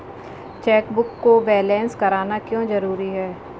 Chequebook को balance करना क्यों जरूरी है?